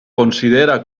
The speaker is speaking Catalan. considera